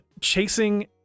chasing